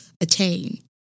attain